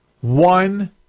one